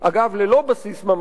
ללא בסיס ממשי,